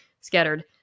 scattered